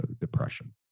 depression